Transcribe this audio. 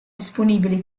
disponibili